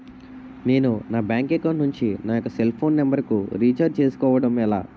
నేను నా bank account నుంచి నా యెక్క సెల్ ఫోన్ నంబర్ కు రీఛార్జ్ చేసుకోవడం ఎలా?